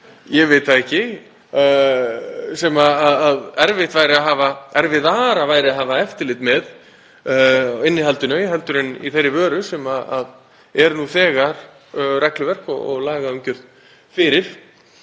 ég veit það ekki — þar sem erfiðara væri að hafa eftirlit með innihaldinu en í þeirri vöru sem er nú þegar regluverk og lagaumgjörð fyrir.